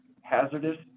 hazardous